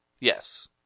Yes